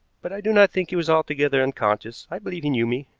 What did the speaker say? but i do not think he was altogether unconscious. i believe he knew me.